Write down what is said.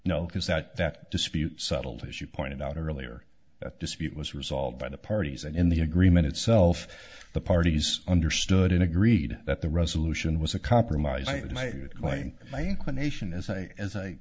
because that dispute settled as you pointed out earlier that dispute was resolved by the parties and in the agreement itself the parties understood and agreed that the resolution was a compromise going my inclination as i as i